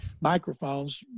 microphones